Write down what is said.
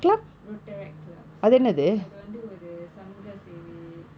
rotaract club so அது வந்து ஒரு சமூக சேவை:athu vanthu oru samuga sevai